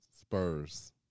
Spurs